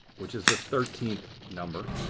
which is the thirteenth number.